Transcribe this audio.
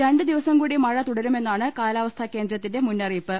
രണ്ടു ദിവസം കൂടി മഴ തുടരുമെന്നാണ് കാലാവസ്ഥാ കേന്ദ്രത്തിന്റെ മുന്ന റിയിപ്പ്